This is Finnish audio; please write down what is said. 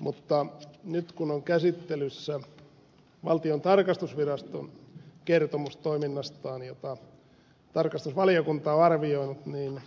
mutta nyt kun on käsittelyssä valtiontalouden tarkastusviraston kertomus toiminnastaan jota tarkastusvaliokunta on arvioinut niin